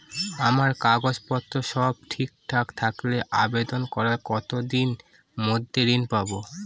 আমার কাগজ পত্র সব ঠিকঠাক থাকলে আবেদন করার কতদিনের মধ্যে ঋণ পাব?